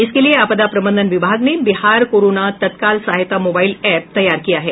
इसके लिये आपदा प्रबंधन विभाग ने बिहार कोरोना तत्काल सहायता मोबाईल एप्प तैयार किया है